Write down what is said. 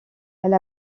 elle